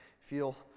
feel